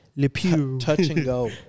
touch-and-go